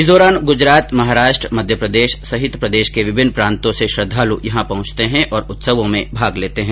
इस दौरान गुजरात महाराष्ट्र मध्यप्रदेश सहित प्रदेश के विभिन्न प्रांतों से श्रद्वालु यहां पहुंचते है और उत्सवों में भाग लेते है